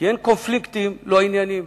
כי אין קונפליקטים לא ענייניים.